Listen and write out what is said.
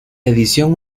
edición